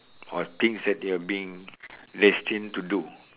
or things that you're being destined to do